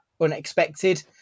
unexpected